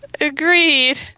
Agreed